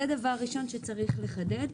זה דבר ראשון שצריך לחדד.